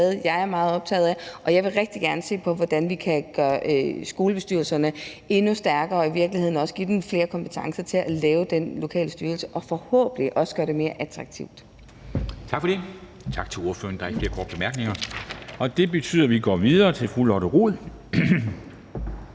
jeg er meget optaget af, og jeg vil rigtig gerne se på, hvordan vi kan gøre skolebestyrelserne endnu stærkere og i virkeligheden også give dem flere kompetencer til at lave den lokale styring og forhåbentlig også gøre det mere attraktivt.